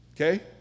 okay